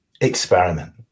experiment